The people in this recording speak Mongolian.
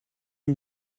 энэ